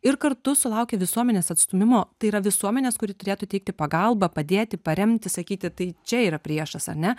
ir kartu sulaukė visuomenės atstūmimo tai yra visuomenės kuri turėtų teikti pagalbą padėti paremti sakyti tai čia yra priešas ar ne